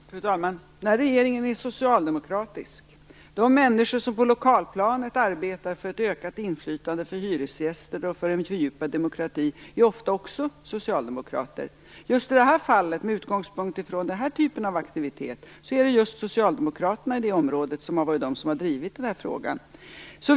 Fru talman! Den här regeringen är socialdemokratisk. De människor som på lokalplanet arbetar för ett ökat inflytande för hyresgäster och för en fördjupad demokrati är ofta också socialdemokrater. Just i det här fallet, med utgångspunkt i den här typen av aktivitet, är det just socialdemokraterna i området som har drivit den här frågan.